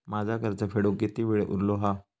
माझा कर्ज फेडुक किती वेळ उरलो हा?